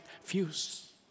fuse